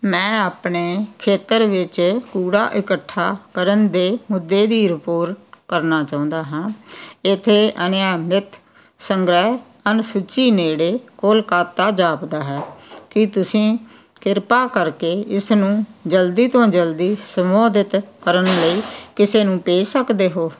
ਮੈਂ ਆਪਣੇ ਖੇਤਰ ਵਿੱਚ ਕੂੜਾ ਇਕੱਠਾ ਕਰਨ ਦੇ ਮੁੱਦੇ ਦੀ ਰਿਪੋਰਟ ਕਰਨਾ ਚਾਹੁੰਦਾ ਹਾਂ ਇੱਥੇ ਅਨਿਯਮਿਤ ਸੰਗ੍ਰਹਿ ਅਨੁਸੂਚੀ ਨੇੜੇ ਕੋਲਕਾਤਾ ਜਾਪਦਾ ਹੈ ਕੀ ਤੁਸੀਂ ਕਿਰਪਾ ਕਰਕੇ ਇਸ ਨੂੰ ਜਲਦੀ ਤੋਂ ਜਲਦੀ ਸੰਬੋਧਿਤ ਕਰਨ ਲਈ ਕਿਸੇ ਨੂੰ ਭੇਜ ਸਕਦੇ ਹੋ